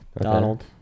Donald